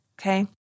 okay